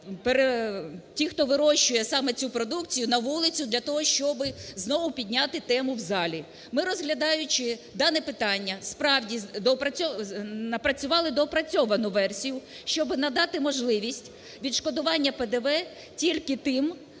ті, хто вирощує саме цю продукцію, - на вулицю для того, що знову підняти тему в залі. Ми, розглядаючи дане питання, справді напрацювали доопрацьовану версію, щоб надати можливість відшкодування ПДВ тільки тим